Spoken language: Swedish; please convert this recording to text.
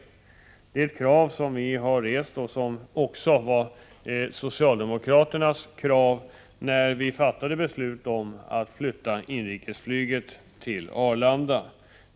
Det är ett krav som vi har rest, och det var också socialdemokraternas krav när det fattades beslut att flytta inrikesflyget till Arlanda.